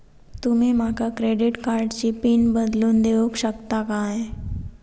तुमी माका क्रेडिट कार्डची पिन बदलून देऊक शकता काय?